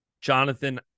jonathan